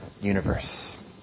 universe